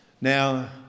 Now